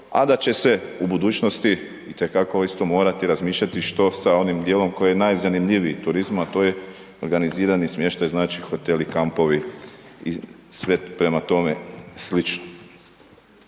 a da će se u budućnosti i te kako isto morati razmišljati što sa onim dijelom koji je najzanimljiviji turizmu, a to organizirani smještaj znači hoteli, kampovi i sve prema tome slično.